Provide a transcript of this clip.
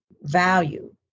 value